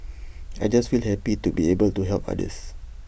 I just feel happy to be able to help others